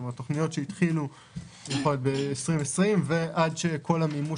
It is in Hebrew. כלומר תוכניות שהתחילו ב-2020 ועד שכל המימוש